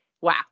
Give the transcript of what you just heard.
Wow